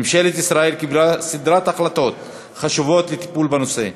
ממשלת ישראל קיבלה סדרות החלטות חשובות לטיפול בנושא,